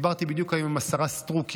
בדיוק היום דיברתי עם השרה סטרוק,